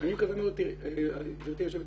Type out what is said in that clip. גבירתי היושבת-ראש,